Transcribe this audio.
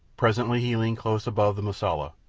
presently he leaned close above the mosula.